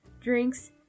drinks